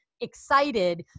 excited